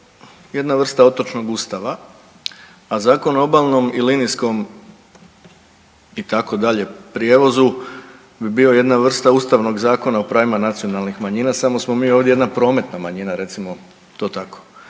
jedna vrsta otočno ustava, a Zakon o obalnom i linijskom itd. prijevozu bi bio jedna vrsta ustavnog Zakona o pravima nacionalnih manjina, samo smo mi ovdje jedna prometna manjina recimo to tako.